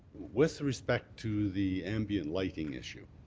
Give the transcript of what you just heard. with respect to the ambient lighting issue,